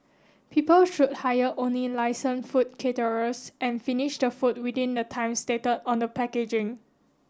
people should hire only licensed food caterers and finish the food within the time stated on the packaging